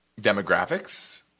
demographics